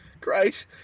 Great